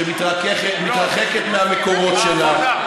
שמתרחקת מהמקורות שלה,